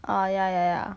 err ya ya ya